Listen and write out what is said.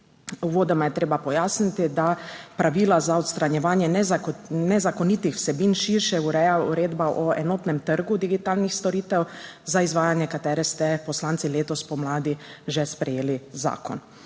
Uvodoma je treba pojasniti, da pravila za odstranjevanje nezakonitih vsebin širše ureja Uredba (EU) o enotnem trgu digitalnih storitev, za izvajanje katere ste poslanci letos spomladi že sprejeli zakon.